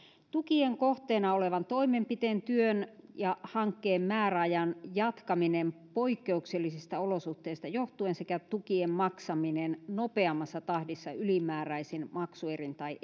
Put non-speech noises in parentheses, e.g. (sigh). tukien kohteena olevan toimenpiteen työn tai hankkeen määräajan jatkaminen poikkeuksellisista olosuhteista johtuen sekä tukien maksaminen nopeammassa tahdissa ylimääräisin maksuerin tai (unintelligible)